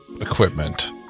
equipment